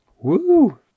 Woo